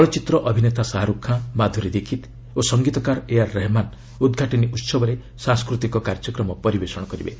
ଚଳଚ୍ଚିତ୍ର ଅଭିନେତା ଶାହାରୁଖ୍ ଖାଁ ମାଧୁରୀ ଦୀକ୍ଷିତ୍ ଓ ସଙ୍ଗୀତକାର ଏଆର୍ ରହମାନ୍ ଉଦ୍ଘାଟନୀ ଉତ୍ସବରେ ସାଂସ୍କୃତିକ କାର୍ଯ୍ୟକ୍ରମ ପରିବେଷଣ କରିବେ